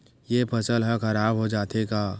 से फसल ह खराब हो जाथे का?